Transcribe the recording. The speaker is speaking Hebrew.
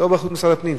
לא באחריות משרד הפנים,